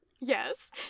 Yes